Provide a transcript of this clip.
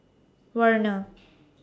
Werner